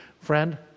Friend